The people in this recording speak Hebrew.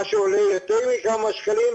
מה שעושה יותר מכמה שקלים,